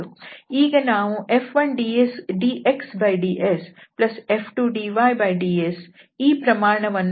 ಈಗ ನಾವು F1dxdsF2dyds ಈ ಪ್ರಮಾಣವನ್ನು F